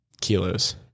kilos